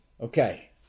Okay